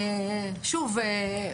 שוב,